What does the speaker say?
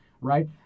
right